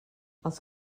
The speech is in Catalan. els